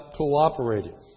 cooperating